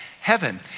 heaven